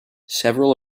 several